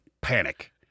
panic